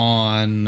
on